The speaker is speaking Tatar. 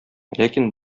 ләкин